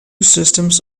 systems